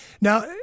Now